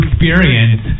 experience